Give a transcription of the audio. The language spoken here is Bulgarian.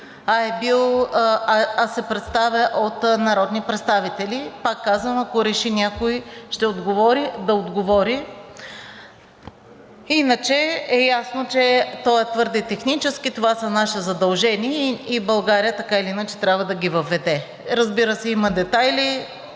а се представя от народни представители? Пак казвам, ако реши някой, да отговори. Иначе е ясно, че той е твърде технически. Това са наши задължения и България така или иначе трябва да ги въведе. Разбира се, има детайли